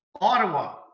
Ottawa